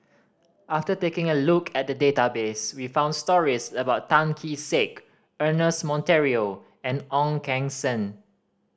after taking a look at the database we found stories about Tan Kee Sek Ernest Monteiro and Ong Keng Sen